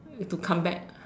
to come back